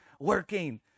working